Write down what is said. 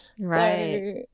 right